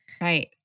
Right